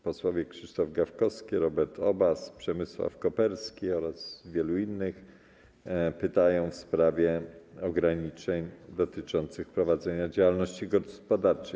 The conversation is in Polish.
Posłowie Krzysztof Gawkowski, Robert Obaz, Przemysław Koperski oraz wielu innych pytają w sprawie ograniczeń dotyczących prowadzenia działalności gospodarczej.